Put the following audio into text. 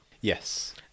Yes